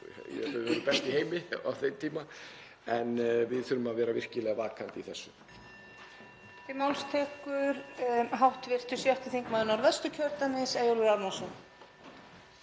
við höfum verið best í heimi á þeim tíma. En við þurfum að vera virkilega vakandi í þessu.